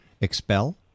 expel